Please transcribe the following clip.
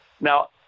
now